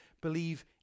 believe